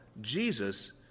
Jesus